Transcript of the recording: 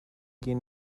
gehen